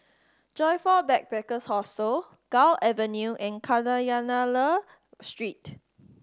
Joyfor Backpackers' Hostel Gul Avenue and Kadayanallur Street